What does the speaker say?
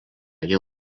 jie